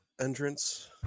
entrance